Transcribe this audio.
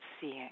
seeing